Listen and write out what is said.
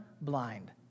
blind